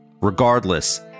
Regardless